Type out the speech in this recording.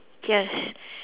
yes